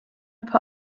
put